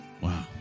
Wow